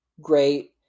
great